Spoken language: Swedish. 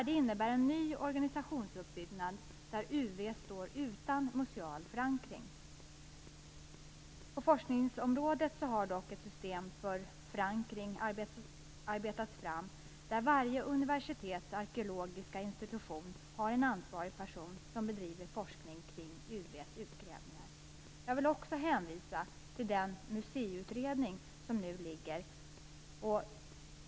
Det innebär en ny organisationsuppbyggnad där UV står utan museal förankring. På forskningsområdet har dock ett system för förankring arbetats fram där varje universitets arkeologiska institution har en ansvarig person som bedriver forskning kring UV:s utgrävningar. Jag vill också hänvisa till den museiutredning som nu ligger.